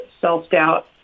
self-doubt